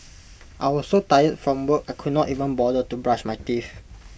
I was so tired from work I could not even bother to brush my teeth